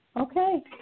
Okay